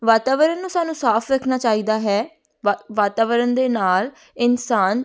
ਵਾਤਾਵਰਨ ਨੂੰ ਸਾਨੂੰ ਸਾਫ ਰੱਖਣਾ ਚਾਹੀਦਾ ਹੈ ਵਾ ਵਾਤਾਵਰਨ ਦੇ ਨਾਲ ਇਨਸਾਨ